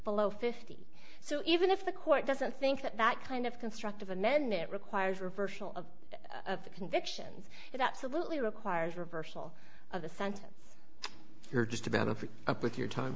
below fifty so even if the court doesn't think that that kind of constructive amendment requires reversal of convictions it absolutely requires a reversal of the sentence here just about a pick up with your time